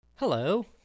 Hello